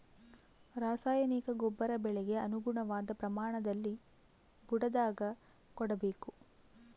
ರಾಸಾಯನಿಕ ಗೊಬ್ಬರ ಬೆಳೆಗೆ ಅನುಗುಣವಾದ ಪ್ರಮಾಣದಲ್ಲಿ ಬುಡದಾಗ ಕೊಡಬೇಕು